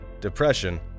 depression